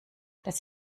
das